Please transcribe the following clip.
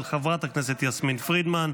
של חברת הכנסת יסמין פרידמן,